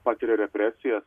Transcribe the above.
patiria represijas